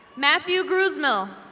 matthew gruuzmill.